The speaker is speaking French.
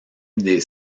des